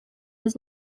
was